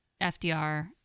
FDR